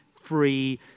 free